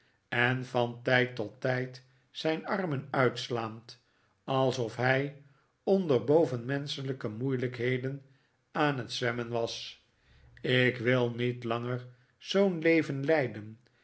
en van tijd tot tijd zijn arnien uitslaand alsof hij onder bovenmenschelijke moeilijkheden aan het zwemmen was ik wil niet langer zoo'n leven leiden